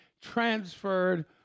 transferred